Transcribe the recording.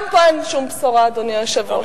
גם פה אין שום בשורה, אדוני היושב-ראש.